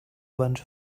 bunch